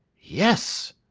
yes!